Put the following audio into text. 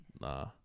Nah